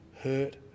hurt